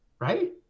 Right